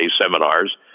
seminars